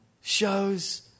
shows